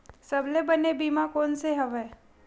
सबले बने बीमा कोन से हवय?